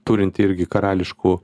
turinti irgi karališkų